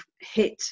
hit